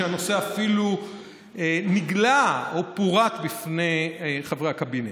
שהנושא אפילו נגלה או פורט בפני חברי הקבינט.